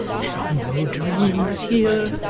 there are no dreams here.